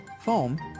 foam